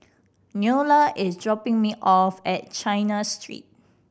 Neola is dropping me off at China Street